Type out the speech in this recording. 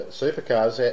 supercars